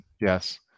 Yes